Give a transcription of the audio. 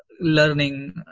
learning